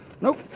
Nope